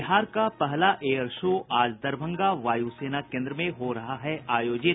बिहार का पहला air show आज दरभंगा वायु सेना केन्द्र में हो रहा है आयोजित